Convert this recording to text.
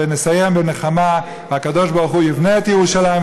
ונסיים בנחמה: הקדוש ברוך הוא יבנה ירושלים,